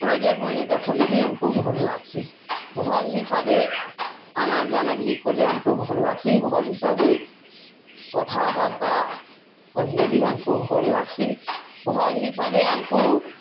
ପ୍ରୋଜେକ୍ଟମାନେ ଦେଖାଲେ ବି ଆମ୍କୁ ଭଲ୍ ଲାଗ୍ସି ଭଲ୍ ହିସାବେ ଆନା ଯାନା ଭି କଲେ ଆମ୍କୁ ଭଲ୍ ଲାଗ୍ସି ଭଲ୍ ହିସାବେ କଥାବାର୍ତ୍ତା କହିଲେ ବି ଆମ୍କୁ ଭଲ୍ ଲାଗ୍ସି ଭଲ୍ ହିସାବେ ଆମ୍କୁ